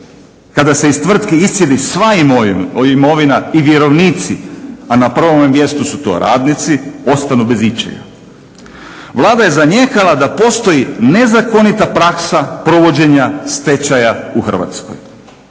kada se iz tvrtki iscijedi sva imovina i vjerovnici, a na prvome mjestu su to radnici, ostanu bez ičega. Vlada je zanijekala da postoji nezakonita praksa provođenja stečaja u Hrvatskoj.